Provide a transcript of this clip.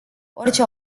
orice